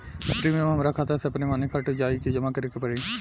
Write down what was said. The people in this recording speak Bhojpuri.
प्रीमियम हमरा खाता से अपने माने कट जाई की जमा करे के पड़ी?